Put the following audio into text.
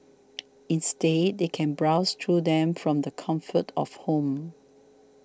instead they can browse through them from the comfort of home